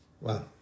Wow